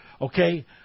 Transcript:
Okay